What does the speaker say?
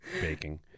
baking